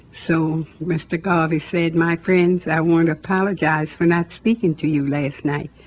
so mr. garvey said, my friends, i want to apologize for not speaking to you last night.